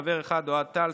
חבר אחד: אוהד טל,